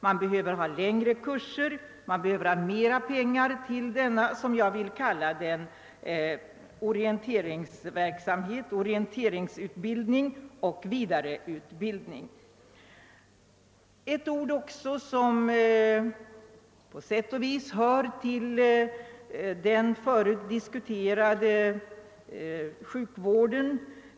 Det är önskvärt med längre kurser och mera pengar till denna orientering — och vidareutbildning. Några ord också om den tidigare berörda frågan om sjukvården.